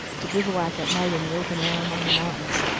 to bivouac at night in the open air among the mountains,